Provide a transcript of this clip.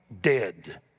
dead